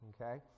okay